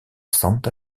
santa